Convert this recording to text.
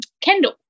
kendall